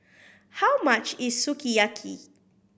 how much is Sukiyaki